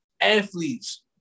athletes